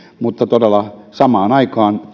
mutta todella samaan aikaan